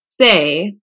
say